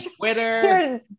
Twitter